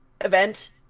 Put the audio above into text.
event